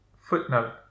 Footnote